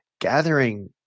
gathering